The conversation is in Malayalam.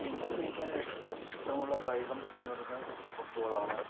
എനിക്ക് കളിക്കാൻ ഇഷ്ടമുള്ള കായികം എന്ന് പറയുന്നത് ഫുട്ബോൾ ആണ്